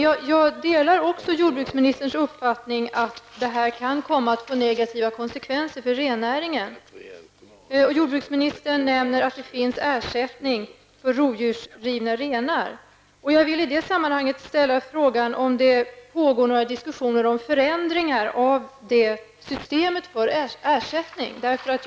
Jag delar också jordbruksministerns farhåga att detta kan komma att få negativa konsekvenser för rennäringen. Jordbruksministern nämnde att det finns ersättning att få för lodjursrivna renar. I det sammanhanget vill jag fråga om det pågår några diskussioner om förändringar av ersättningssystemet.